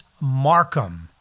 Markham